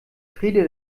friede